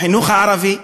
בחינוך הערבי,